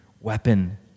weapon